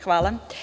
Hvala.